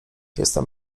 jestem